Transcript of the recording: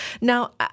Now